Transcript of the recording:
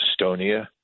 Estonia